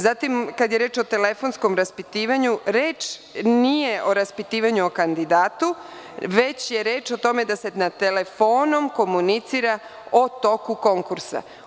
Zatim, kada je reč o telefonskom raspitivanju, reč nije o raspitivanju, o kandidatu, već je reč o tome da se telefonom komunicira o toku konkursa.